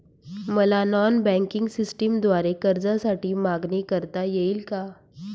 मला non banking सिस्टमद्वारे कर्जासाठी मागणी करता येईल का?